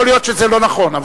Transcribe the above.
יכול להיות שזה לא נכון.